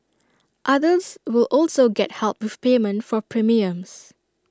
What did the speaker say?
others will also get help with payment for premiums